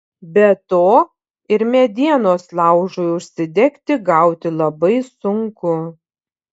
be to ir medienos laužui užsidegti gauti labai sunku